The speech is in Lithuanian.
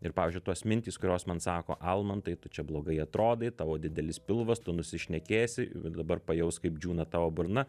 ir pavyzdžiui tos mintys kurios man sako almantai tu čia blogai atrodai tavo didelis pilvas tu nusišnekėsi dabar pajausk kaip džiūna tavo burna